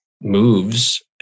moves